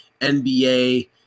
NBA